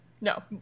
No